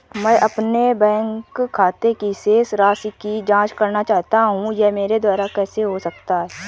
मैं अपने बैंक खाते की शेष राशि की जाँच करना चाहता हूँ यह मेरे द्वारा कैसे हो सकता है?